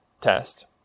test